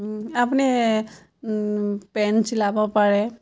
আপুনি পেন্ট চিলাব পাৰে